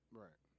right